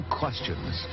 questions